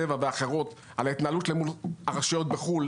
טבע ואחרות על ההתנהלות למול הרשויות בחו"ל,